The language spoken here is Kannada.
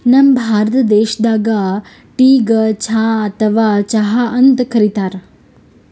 ನಮ್ ಭಾರತ ದೇಶದಾಗ್ ಟೀಗ್ ಚಾ ಅಥವಾ ಚಹಾ ಅಂತ್ ಕರಿತಾರ್